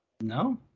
no